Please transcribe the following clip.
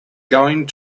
going